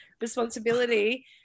responsibility